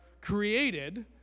created